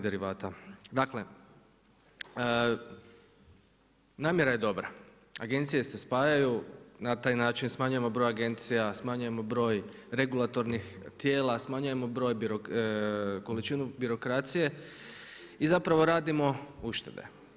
Dakle, namjera je dobra, agencije se spajaju, na taj način smanjujemo broj agencija, smanjujemo broj regulatornih tijela, smanjujemo količinu birokracije, i zapravo radimo uštede.